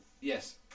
yes